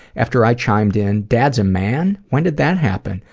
after i chimed in, dad's a man? when did that happen?